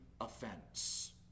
offense